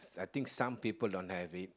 I think some people don't have it